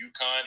UConn